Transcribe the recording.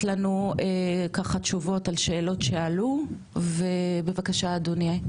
לנו ככה תשובות על שאלות שעלו ובבקשה אדוני,